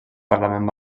parlament